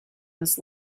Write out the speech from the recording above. this